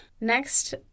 Next